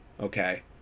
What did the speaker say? Okay